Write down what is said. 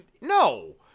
no